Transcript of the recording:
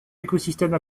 écosystèmes